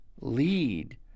lead